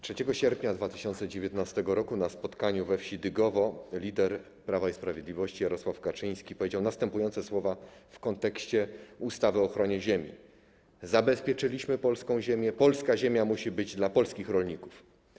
3 sierpnia 2019 r. na spotkaniu we wsi Dygowo lider Prawa i Sprawiedliwości Jarosław Kaczyński powiedział następujące słowa w kontekście ustawy o ochronie ziemi: zabezpieczyliśmy polską ziemię, polska ziemia musi być dla polskich rolników.